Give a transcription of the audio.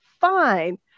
fine